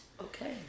Okay